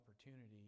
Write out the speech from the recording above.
opportunity